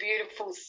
beautiful